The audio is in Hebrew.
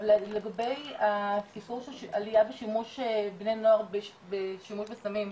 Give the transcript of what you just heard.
לגבי העלייה אצל בני נוער בשימוש בסמים,